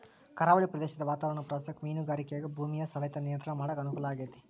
ಕರಾವಳಿ ಪ್ರದೇಶದ ವಾತಾವರಣ ಪ್ರವಾಸಕ್ಕ ಮೇನುಗಾರಿಕೆಗ ಭೂಮಿಯ ಸವೆತ ನಿಯಂತ್ರಣ ಮಾಡಕ್ ಅನುಕೂಲ ಆಗೇತಿ